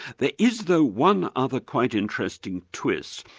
there is though one other quite interesting twist,